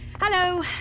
Hello